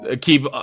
Keep